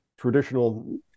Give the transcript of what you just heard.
traditional